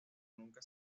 nunca